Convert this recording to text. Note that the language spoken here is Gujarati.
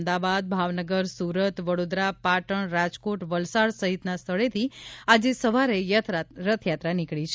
અમદાવાદ ભાવનગર સુરત વડોદરા પાટણ રાજકોટ વલસાડ સહિતના સ્થળેથી આજે સવારે રથયાત્રા નીકળી છે